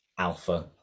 Alpha